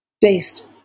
based